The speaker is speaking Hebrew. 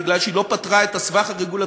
כי היא לא פתרה את הסבך הרגולטורי,